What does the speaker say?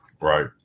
Right